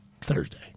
thursday